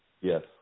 Yes